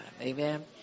Amen